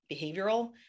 behavioral